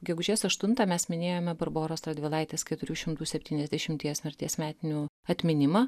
gegužės aštuntą mes minėjome barboros radvilaitės keturių šimtų septyniasdešimties mirties metinių atminimą